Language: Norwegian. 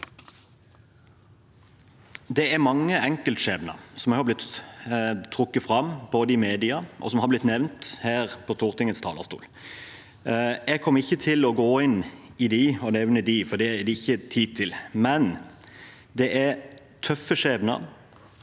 Det er mange enkeltskjebner som har blitt trukket fram i media, og som har blitt nevnt her på Stortingets talerstol. Jeg kommer ikke til å gå inn på dem, for det er det ikke tid til, men det er tøffe skjebner,